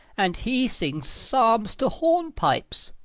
and he sings psalms to hornpipes.